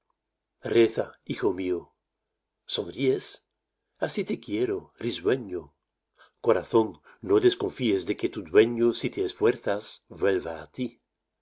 reza hijo mío sonríes así te quiero risueño corazón no desconfies de que tu dueño si te esfuerzas vuelva á tí